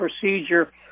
procedure